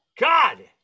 God